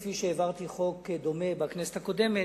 כפי שהעברתי חוק דומה בכנסת הקודמת,